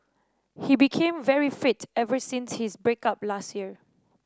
he became very fit ever since his break up last year